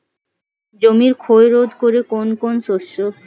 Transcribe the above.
জমির ক্ষয় রোধ করে কোন কোন শস্য?